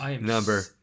number